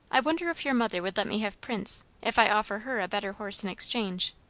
i wonder if your mother would let me have prince, if i offer her a better horse in exchange.